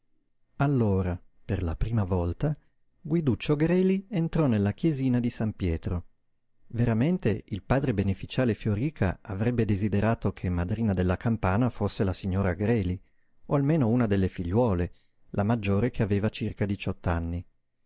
allora per la prima volta guiduccio greli entrò nella chiesina di san pietro veramente il padre beneficiale fioríca avrebbe desiderato che madrina della campana fosse la signora greli o almeno una delle figliuole la maggiore che aveva circa